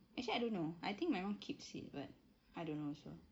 actually I don't know I think my mum keeps it but I don't know also